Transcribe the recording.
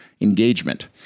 engagement